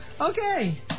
Okay